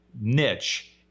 niche